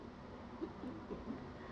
一点点